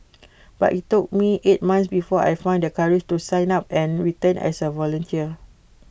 but IT took me eight months before I found the courage to sign up and return as A volunteer